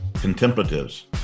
contemplatives